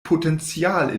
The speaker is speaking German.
potenzial